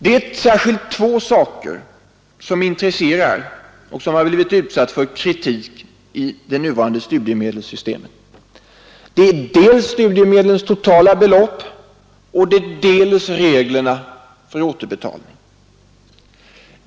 Det är särskilt två saker som intresserar och som blivit utsatta för kritik i det nuvarande studiemedelssystemet. Det är dels studiemedlens totala belopp, dels reglerna för återbetalning.